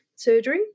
Surgery